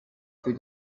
für